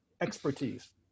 expertise